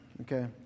okay